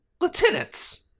Lieutenants